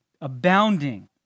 Abounding